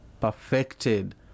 perfected